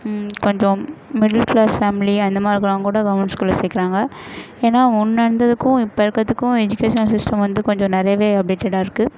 கொஞ்சோம் middle class family அந்த மாதிரி இருக்கிறவங்க கூட கவர்மெண்ட் ஸ்கூல்ல சேர்க்குறாங்க ஏன்னா முன்னே இருந்ததுக்கும் இப்போ இருக்கிறதுக்கு எஜுகேஷன் சிஸ்டம் வந்து கொஞ்சோம் நிறையாவே அப்டேட்டாக இருக்குது